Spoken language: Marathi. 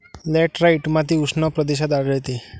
लॅटराइट माती उष्ण प्रदेशात आढळते